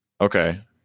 okay